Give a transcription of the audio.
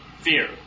Fear